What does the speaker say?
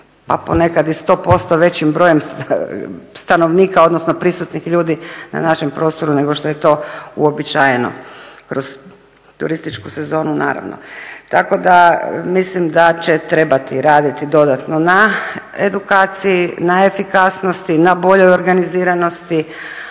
a ponekad i 100% većim brojem stanovnika, odnosno prisutnih ljudi na našem prostoru nego što je to uobičajeno kroz turističku sezonu naravno. Tako da mislim da će trebati raditi dodatno na edukaciji, na efikasnosti, na boljoj organiziranosti